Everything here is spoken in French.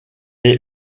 est